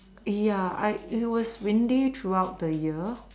ya I it was windy throughout the year